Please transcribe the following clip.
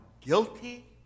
guilty